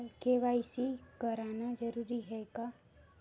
KYC कराना जरूरी है का?